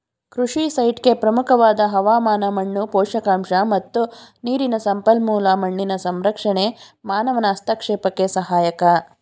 ಕೃಷಿ ಸೈಟ್ಗೆ ಪ್ರಮುಖವಾದ ಹವಾಮಾನ ಮಣ್ಣು ಪೋಷಕಾಂಶ ಮತ್ತು ನೀರಿನ ಸಂಪನ್ಮೂಲ ಮಣ್ಣಿನ ಸಂರಕ್ಷಣೆ ಮಾನವನ ಹಸ್ತಕ್ಷೇಪಕ್ಕೆ ಸಹಾಯಕ